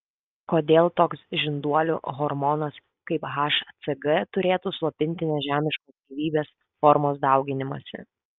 kodėl toks žinduolių hormonas kaip hcg turėtų slopinti nežemiškos gyvybės formos dauginimąsi